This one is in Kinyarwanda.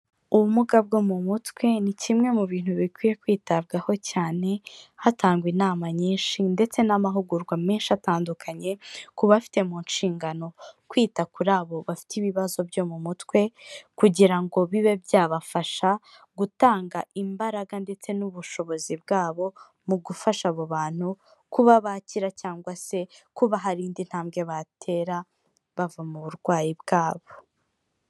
Ubumuga bwo mu mutwe ni kimwe mu bintu bikwiye kwitabwaho cyane hatangwa inama nyinshi ndetse n'amahugurwa menshi atandukanye ku bafite mu nshingano kwita kuri abo bafite ibibazo byo mu mutwe, kugira ngo bibe byabafasha gutanga imbaraga ndetse n'ubushobozi bwabo, mu gufasha abo bantu kuba bakira cyangwa se kuba hari indi ntambwe batera bava mu burwayi bwabo.